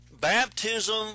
baptism